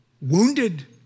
wounded